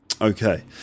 Okay